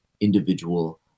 individual